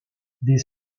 des